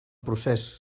procés